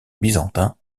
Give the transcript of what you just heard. byzantin